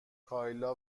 کایلا